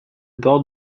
bord